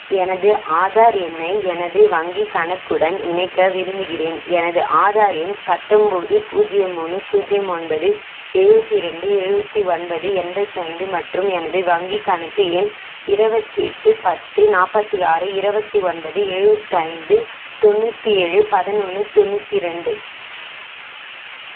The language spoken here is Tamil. எனது ஆதார் எண்ணை எனது வங்கிக் கணக்குடன் இணைக்க விரும்புகிறேன் எனது ஆதார் எண் பத்தொம்பது பூஜ்ஜியம் மூணு பூஜ்ஜியம் ஒன்பது எழுபத்தி ரெண்டு எழுபத்தி ஒன்பது எண்பத்தைந்து மற்றும் எனது வங்கிக் கணக்கு எண் இருபத்தெட்டு பத்து நாற்பத்தி ஆறு இருபத்தி ஒன்பது எழுபத்தி ஐந்து தொண்ணூற்றி ஏழு பதினொன்று தொண்ணூற்றி ரெண்டு